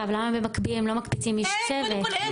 למה במקביל הם לא מקפיצים איש צוות?